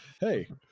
hey